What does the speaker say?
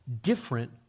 different